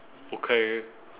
okay